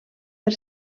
per